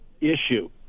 issue